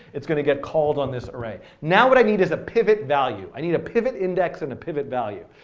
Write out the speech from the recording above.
it's going to get called on this array. now what i need is the ah pivot value. i need a pivot index and a pivot value.